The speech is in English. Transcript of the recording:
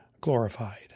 glorified